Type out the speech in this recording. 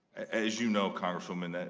as you know congresswoman,